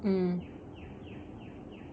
mm